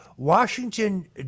Washington